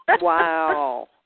Wow